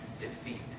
defeat